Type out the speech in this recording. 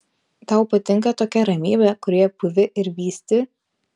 tau patinka tokia ramybė kurioje pūvi ir vysti